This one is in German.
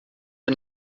ihr